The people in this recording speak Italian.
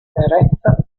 retta